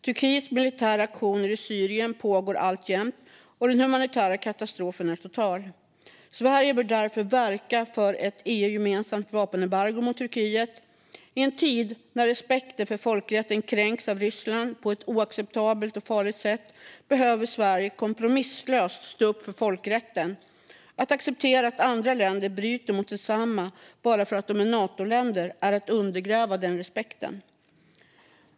Turkiets militära aktioner i Syrien pågår alltjämt, och den humanitära katastrofen är total. Sverige bör därför verka för ett EU-gemensamt vapenembargo mot Turkiet. I en tid när respekten för folkrätten kränks av Ryssland på ett oacceptabelt och farligt sätt behöver Sverige kompromisslöst stå upp för folkrätten. Att acceptera att andra länder bryter mot densamma bara för att de är Natoländer är att undergräva den respekten.